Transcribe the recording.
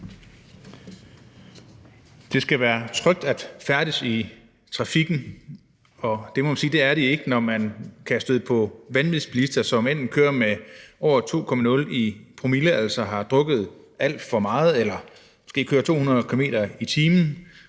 Det skal være trygt at færdes i trafikken, og det må vi sige at det ikke er, når man kan støde på vanvidsbilister, som enten kører med en promille på over 2,0 og altså har drukket alt for meget eller kører 200 km/t.